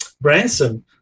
Branson